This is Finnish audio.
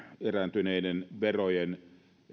erääntyneiden verojen